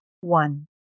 one